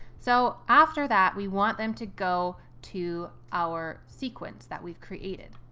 so after that, we want them to go to our sequence that we've created.